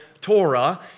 Torah